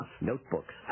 Notebooks